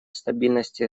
стабильности